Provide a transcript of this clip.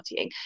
partying